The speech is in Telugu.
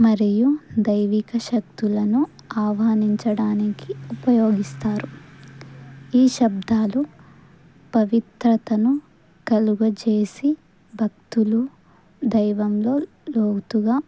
మరియు దైవిక శక్తులను ఆహ్వానించడానికి ఉపయోగిస్తారు ఈ శబ్దాలు పవిత్రతను కలుగజేసి భక్తులు దైవంలో లోతుగా